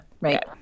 Right